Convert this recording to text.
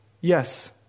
Yes